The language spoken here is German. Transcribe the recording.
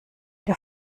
der